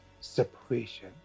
separation